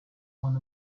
one